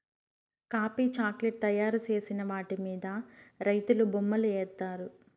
coffee chocolate తయారు చేసిన వాటి మీద రైతులు బొమ్మలు ఏత్తారు